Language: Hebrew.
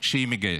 שהיא מגייסת.